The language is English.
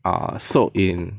err sold in